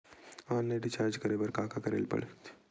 Online recharge करे बर का का करे ल लगथे?